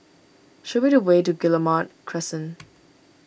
show me the way to Guillemard Crescent